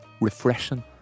refreshing